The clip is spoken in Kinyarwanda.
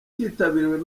kitabiriwe